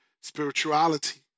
spirituality